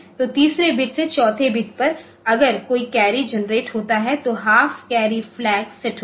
तो तीसरे बिट से चौथे बिट पर अगर कोई कैरी जनरेट होता है तो हाफ कैरी फ्लैग सेट होगा